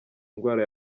indwara